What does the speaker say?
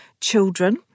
children